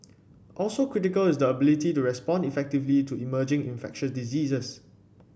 also critical is the ability to respond effectively to emerging infectious diseases